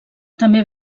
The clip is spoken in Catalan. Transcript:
també